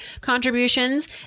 contributions